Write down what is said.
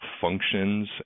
functions